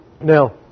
Now